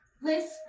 Liz